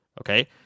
okay